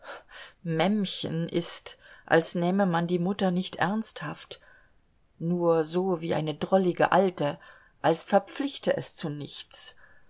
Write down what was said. mämmchen ist als nähme man die mutter nicht ernsthaft nur so wie eine drollige alte als verpflichte es zu nichts